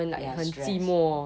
ya stress